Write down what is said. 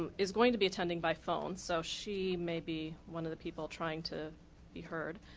um is going to be attending by phone. so she may be one of the people trying to be heard.